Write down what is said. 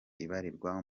ibarirwa